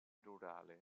rurale